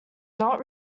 not